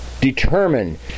Determine